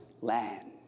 land